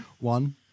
One